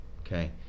okay